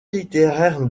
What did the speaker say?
littéraire